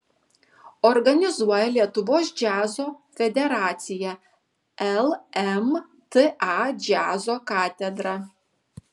organizuoja lietuvos džiazo federacija lmta džiazo katedra